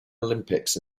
olympics